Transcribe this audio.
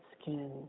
skin